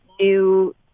new